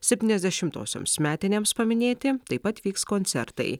septyniasdešimtosioms metinėms paminėti taip pat vyks koncertai